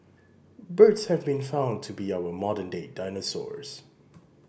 birds have been found to be our modern day dinosaurs